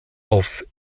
auf